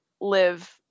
live